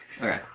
Okay